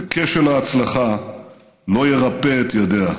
וכישלון ההצלחה לא ירפה את ידיה.